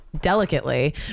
delicately